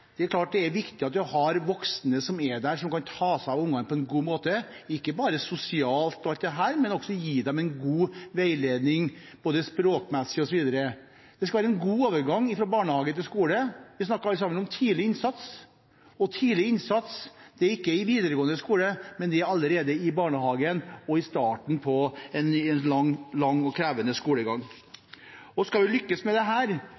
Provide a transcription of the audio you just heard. som kan ta seg av ungene på en god måte, ikke bare sosialt og alt dette, men som også kan gi dem god veiledning språkmessig osv. Det skal være en god overgang fra barnehage til skole. Vi snakker alle sammen om tidlig innsats, men tidlig innsats er ikke i videregående skole, det er allerede i barnehagen, i starten på en lang og krevende skolegang. Skal vi lykkes med dette, tror jeg det